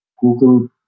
Google